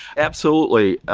absolutely.